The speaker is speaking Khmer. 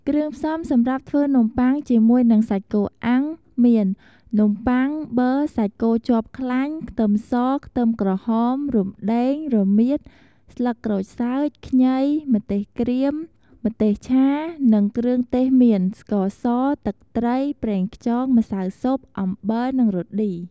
គ្រឿងផ្សំសម្រាប់ធ្វើនំបុ័ងជាមួយនឹងសាច់គោអាំងមាន នំប័ុង ប័រ សាច់គោជាប់ខ្លាញ់ ខ្ទឹមស ក្រហម រំដេង រមៀត ស្លឹកក្រូចសើច ខ្ញី ម្ទេសក្រៀម ម្ទេសឆា និងគ្រឿងទេសមាន ស្ករស ទឹកត្រី ប្រងខ្យង ម្សៅស៊ុប អំបិល និង រ៉តឌី។